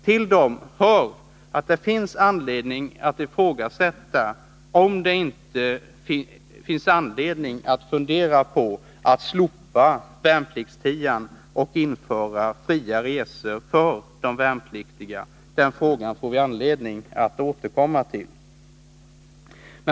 Till dem hör kravet på slopandet av värnpliktstian och införandet av fria resor för de värnpliktiga. Dessa frågor får vi anledning att återkomma till.